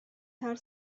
had